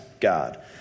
God